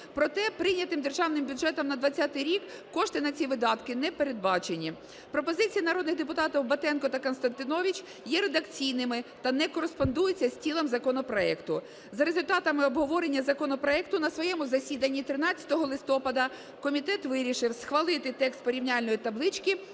Проте прийнятим Державним бюджетом на 20-й рік кошти на ці видатки не передбачені. Пропозиції народних депутатів Батенко та Констанкевич є редакційними та не кореспондуються з тілом законопроекту. За результатами обговорення законопроекту на своєму засіданні 13 листопада комітет вирішив схвалити текст порівняльної таблички